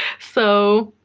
so,